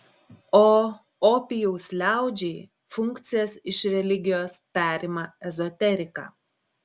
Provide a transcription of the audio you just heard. o opijaus liaudžiai funkcijas iš religijos perima ezoterika